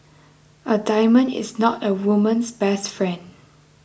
a diamond is not a woman's best friend